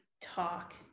talk